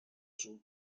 sud